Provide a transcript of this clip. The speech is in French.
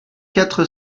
quatre